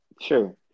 sure